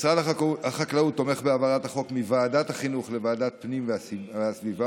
משרד החקלאות תומך בהעברת החוק מוועדת החינוך לוועדת הפנים והסביבה.